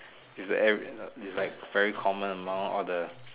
is like every no is like very common now all the